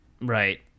right